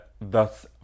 thus